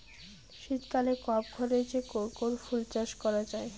শীতকালে কম খরচে কোন কোন ফুল চাষ করা য়ায়?